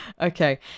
okay